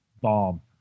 bomb